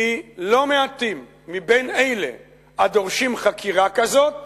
כי לא מעטים מבין אלה הדורשים חקירה כזאת